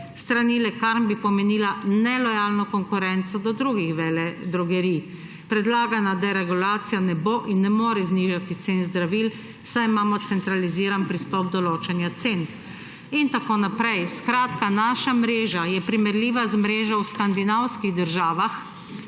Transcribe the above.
strani lekarn, bi pomenila nelojalno konkurenco do drugih veledrogerij. Predlagana deregulacija ne bo in ne more znižati cen zdravil, saj imamo centraliziran pristop določanja cen,« in tako naprej. Skratka, naša mreža je primerljiva z mrežo v skandinavskih državah,